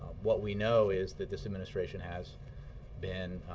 what we know is that this administration has been